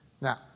Now